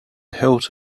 hilt